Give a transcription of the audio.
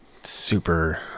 super